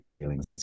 feelings